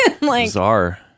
Bizarre